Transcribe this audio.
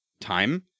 time